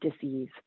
disease